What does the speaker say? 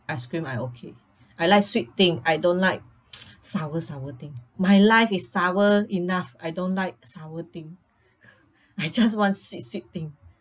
ice cream I okay I like sweet thing I don't like sour sour thing my life is sour enough I don't like sour thing I just want sweet sweet thing